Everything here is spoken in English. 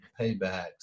paybacks